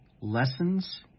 lessons